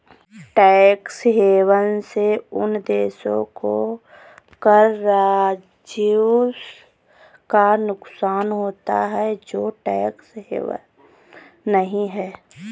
tax haven से उन देशों को कर राजस्व का नुकसान होता है जो टैक्स हेवन नहीं हैं